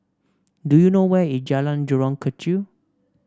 do you know where is Jalan Jurong Kechil